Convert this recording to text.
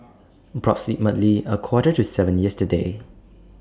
approximately A Quarter to seven yesterday